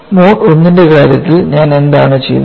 mode I ന്റെ കാര്യത്തിൽ ഞാൻ എന്താണ് ചെയ്തത്